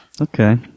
Okay